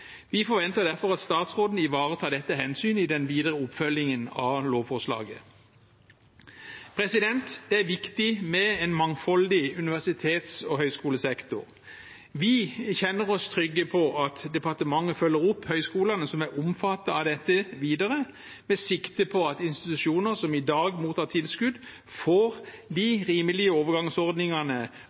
Vi forventer derfor at statsråden ivaretar dette hensynet i den videre oppfølgingen av lovforslaget. Det er viktig med en mangfoldig universitets- og høyskolesektor. Vi kjenner oss trygge på at departementet følger opp videre høyskolene som er omfattet av dette, med sikte på at institusjoner som i dag mottar tilskudd, får rimelige overgangsordninger for å kunne nå de